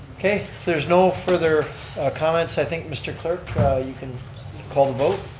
okay, if there's no further comments, i think mr. clerk, you can call the vote.